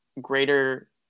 greater